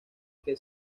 que